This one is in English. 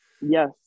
yes